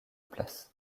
place